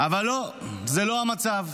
אבל לא, זה לא המצב.